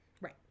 Right